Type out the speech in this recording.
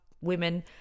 women